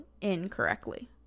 incorrectly